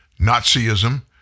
Nazism